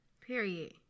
Period